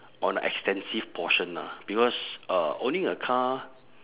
on the extensive portion lah because uh owning a car